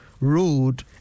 road